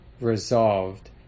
resolved